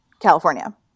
California